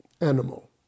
animal